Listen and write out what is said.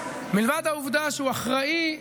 מלבד העובדה שהוא אחראי,